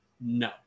No